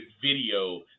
video